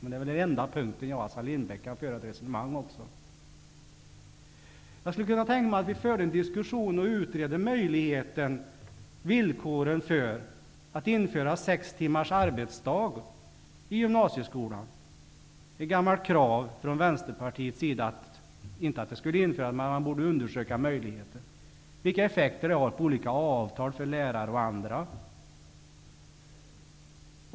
Det är den enda punkt som jag och Assar Lindbeck kan föra ett resonemang om. Jag skulle kunna tänka mig att vi förde en diskussion och utredde villkoren för att införa sex timmars arbetsdag i gymnasieskolan. Det är ett gammalt krav från Vänsterpartiets sida att man borde undersöka den möjligheten, vilka effekter det har på olika avtal för lärare och andra.